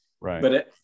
right